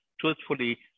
truthfully